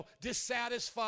dissatisfied